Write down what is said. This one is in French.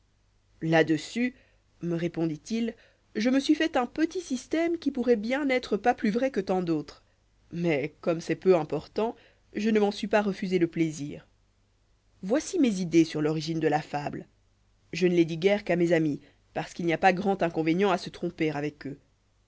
là-dessus me répondit-il je me suis fait un petit système qui pourrait bien n'être pas plus vrai que tant d'autres mais comme c'est peu important je ne m'en suis pas refusé le plaisir voici mes idées sur l'origine de la fable je ne les dis guère qu'à mes amis parce qu'il n'y a pas grand inconvénient à se tromper avec eux